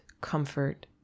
comfort